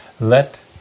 Let